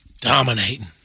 dominating